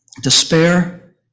Despair